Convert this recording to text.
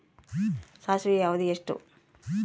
ಸಾಸಿವೆಯ ಅವಧಿ ಎಷ್ಟು?